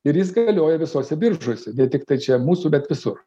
ir jis galioja visose biržose ne tiktai čia mūsų bet visur